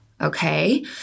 Okay